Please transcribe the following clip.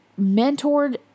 mentored